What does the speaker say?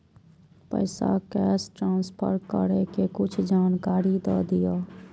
पैसा cash transfer करऐ कि कुछ जानकारी द दिअ